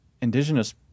indigenous